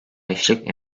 beşlik